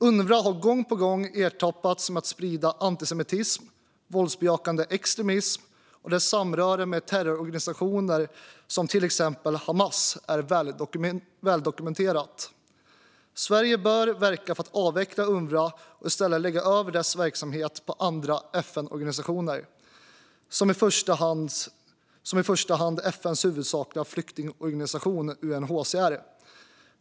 UNRWA har gång på gång ertappats med att sprida antisemitism och våldsbejakande extremism, och dess samröre med terrororganisationer som Hamas är väldokumenterat. Sverige bör verka för att avveckla UNRWA och i stället lägga över dess verksamhet på andra FN-organisationer, och då i första hand FN:s huvudsakliga flyktingorganisation, UNHCR.